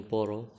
Poro